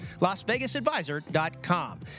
LasVegasAdvisor.com